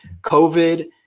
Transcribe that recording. covid